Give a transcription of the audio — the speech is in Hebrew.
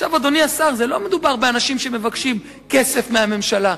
אדוני השר, לא מדובר באנשים שמבקשים כסף מהממשלה.